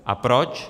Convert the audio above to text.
A proč?